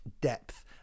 depth